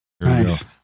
Nice